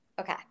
Okay